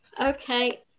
Okay